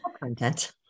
Content